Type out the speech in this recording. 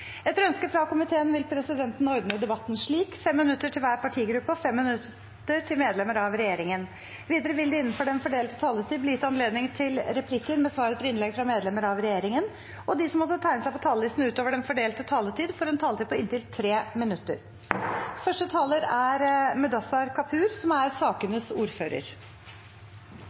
Etter ønske fra justiskomiteen vil presidenten ordne debatten slik: 3 minutter til hver partigruppe og 3 minutter til medlemmer av regjeringen. Videre vil det – innenfor den fordelte taletid – bli gitt anledning til inntil fem replikker med svar etter innlegg fra medlemmer av regjeringen, og de som måtte tegne seg på talerlisten utover den fordelte taletid, får en taletid på inntil 3 minutter. Denne proposisjonen er en delvis oppfølging av regjeringsplattformen, som